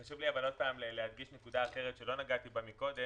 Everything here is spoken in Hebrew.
חשוב לי להדגיש נקודה אחת שלא נגעתי בה קודם,